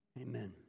amen